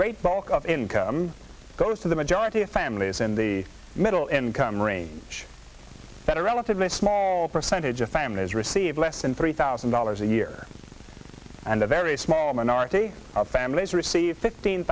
great bulk of income goes to the majority of families in the middle income range that a relatively small percentage of families receive less than three thousand dollars a year and a very small minority of families receive fifteen